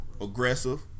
aggressive